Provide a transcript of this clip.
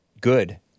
good